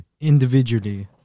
individually